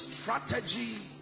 strategy